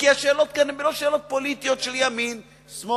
כי השאלות כאן הן לא שאלות פוליטיות של ימין שמאל,